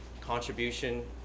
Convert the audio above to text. contribution